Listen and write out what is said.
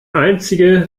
einzige